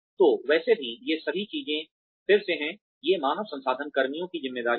तो वैसे भी ये सभी चीजें फिर से हैं ये मानव संसाधन कर्मियों की जिम्मेदारियां हैं